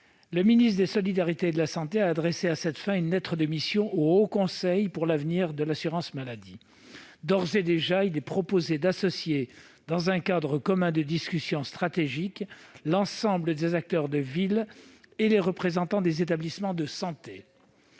Le ministre des solidarités et de la santé a adressé à cette fin une lettre de mission au Haut Conseil pour l'avenir de l'assurance maladie (HCAAM). D'ores et déjà, il est proposé d'associer, dans un cadre commun de discussion stratégique, l'ensemble des acteurs de ville et les représentants des établissements de santé.